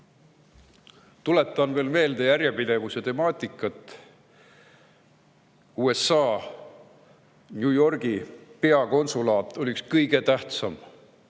Tuletan veel meelde järjepidevuse temaatikat. USA New Yorgi peakonsulaat oli üks kõige tähtsamaid